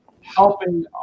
helping